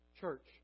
Church